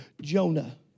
Jonah